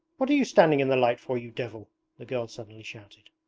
what are you standing in the light for, you devil the girl suddenly shouted.